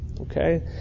Okay